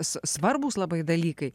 s svarbūs labai dalykai